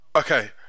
Okay